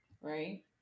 Right